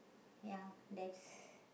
ya that's